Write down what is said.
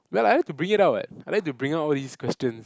ya lah I like to bring it out [what] I like to bring out all these questions